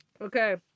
Okay